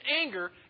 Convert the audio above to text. anger